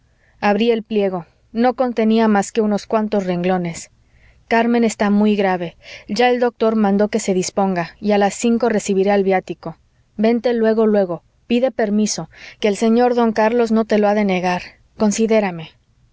abrí el pliego no contenía más que unos cuantos renglones carmen está muy grave ya el doctor mandó que se disponga y a las cinco recibirá el viático vente luego luego pide permiso que el señor don carlos no te lo ha de negar considérame